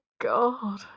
God